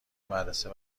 مدرسه